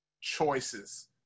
choices